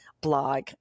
blog